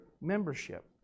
membership